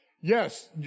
yes